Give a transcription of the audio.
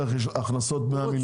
בערך יש הכנסות של 100 מיליון.